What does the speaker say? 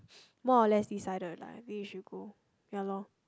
more or less decided lah maybe you should go ya loh